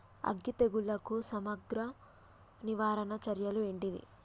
అగ్గి తెగులుకు సమగ్ర నివారణ చర్యలు ఏంటివి?